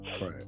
right